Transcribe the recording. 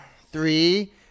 Three